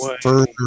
further